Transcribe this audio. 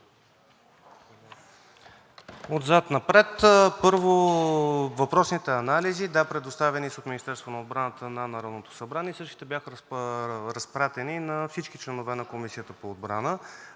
Отзад напред. Първо, въпросните анализи – да, предоставени са от Министерството на отбраната на Народното събрание. Същите бяха разпратени на всички членове на Комисията по отбрана,